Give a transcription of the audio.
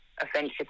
offensive